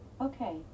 Okay